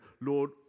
Lord